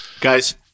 guys